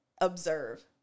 observe